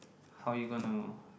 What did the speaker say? how you gonna